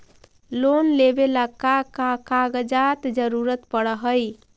Loan लेवेला का का कागजात जरूरत पड़ हइ?